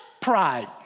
Pride